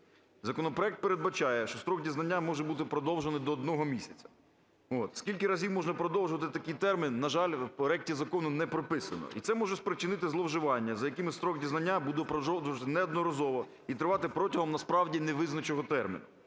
Законопроект передбачає, що строк дізнання може бути продовжений до 1 місяця. Скільки разів можна продовжувати такий термін, на жаль, в проекті закону не прописано. І це може спричинити зловживання, за якими строк дізнання буде продовжуватись неодноразово і тривати протягом насправді невизначеного терміну.